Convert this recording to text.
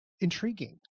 intriguing